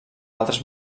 altres